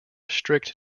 strict